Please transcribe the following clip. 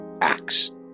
acts